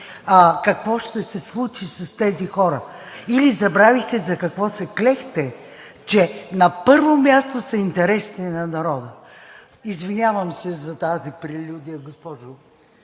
какво ще се случи с тези хора – или забравихте за какво се клехте, че на първо място са интересите на народа? Извинявам се за тази прелюдия, госпожо